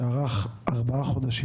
שארך ארבעה חודשים,